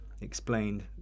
explained